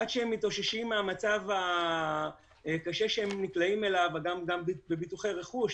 עד שהם מתאוששים מהמצב הקשה אליו הם נקלעים - גם בביטוחי רכוש,